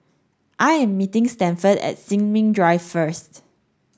I am meeting Stafford at Sin Ming Drive first